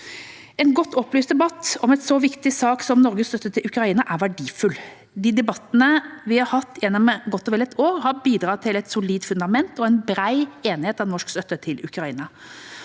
En godt opplyst debatt om en så viktig sak som Norges støtte til Ukraina er verdifull. De debattene vi har hatt gjennom godt og vel ett år, har bidratt til et solid fundament og en bred enighet om norsk støtte til Ukraina.